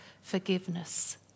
forgiveness